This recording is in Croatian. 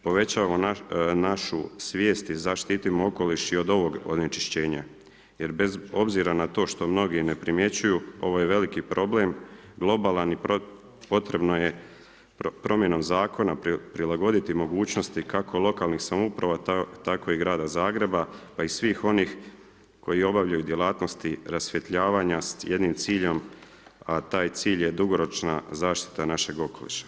Povećavamo našu svijest i zaštitimo okoliš i od ovog onečišćenja jer bez obzira na to što mnogi ne primjećuju, ovo je veliki problem, globalan i potrebno je promjenom zakona prilagoditi mogućnosti kao lokalnih samouprava tako i grada Zagreba, pa i svih onih koji obavljaju djelatnosti rasvjetljavanja s jednim ciljem, a taj cilj je dugoročna zaštita našeg okoliša.